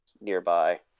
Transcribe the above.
nearby